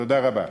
תודה רבה.